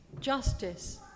justice